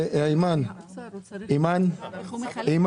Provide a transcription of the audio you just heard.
הם